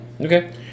okay